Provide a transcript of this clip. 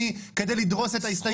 כדי לדרוס את ההסתייגויות של האופוזיציה.